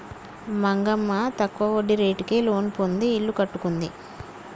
మంగమ్మ తక్కువ వడ్డీ రేటుకే లోను పొంది ఇల్లు కట్టుకుంది